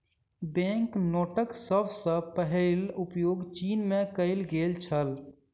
bank नोटक सभ सॅ पहिल उपयोग चीन में कएल गेल छल